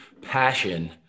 passion